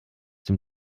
dem